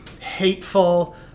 hateful